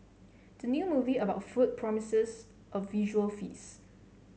the new movie about food promises a visual feast